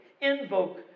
invoke